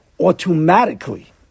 automatically